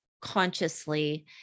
consciously